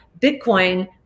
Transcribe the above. Bitcoin